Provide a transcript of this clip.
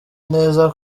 neza